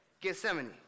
Gethsemane